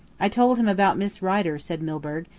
i told him about miss rider, said milburgh,